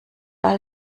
all